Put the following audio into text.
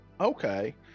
okay